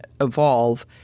evolve